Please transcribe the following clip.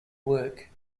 work